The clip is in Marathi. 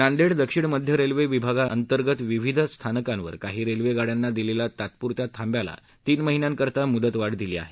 नांदेड दक्षिण मध्ये रेल्वे विभागांतर्गत विविध स्थानकावर काही रेल्वे गाड्यांना दिलेला तात्पुरत्या थांब्याला तीन महिन्यां करिता मुदतवाढ दिली आहे